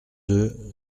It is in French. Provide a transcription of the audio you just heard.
deux